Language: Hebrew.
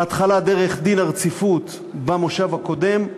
בהתחלה דרך דין הרציפות, במושב הקודם,